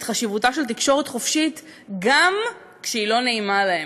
חשיבותה של תקשורת חופשית גם כשהיא לא נעימה להם,